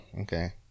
okay